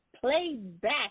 Playback